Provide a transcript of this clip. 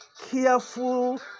careful